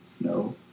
No